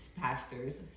pastors